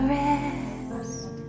rest